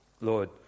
Lord